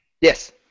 Yes